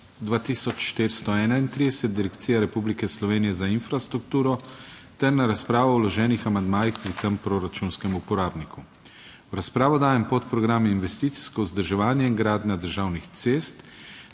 V razpravo dajem podprogram Investicijsko vzdrževanje in gradnja državnih cest